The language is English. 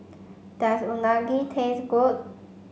does Unagi taste good